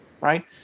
right